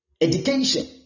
Education